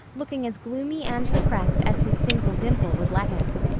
looking as gloomy and depressed as his single dimple would let him.